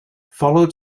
followed